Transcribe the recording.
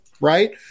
right